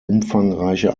umfangreiche